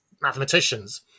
mathematicians